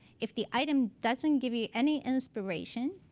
if the item doesn't give you any inspiration,